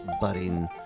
budding